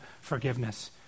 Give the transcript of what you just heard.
forgiveness